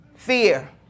Fear